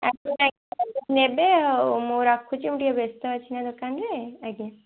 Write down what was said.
ଆସିଲେ ନେବେ ହଉ ମୁଁ ରଖୁଛୁ ମୁଁ ଟିକିଏ ବ୍ୟସ୍ତ ଅଛି ନା ଦୋକାନରେ ଏବେ